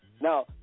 Now